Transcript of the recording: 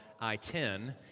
I-10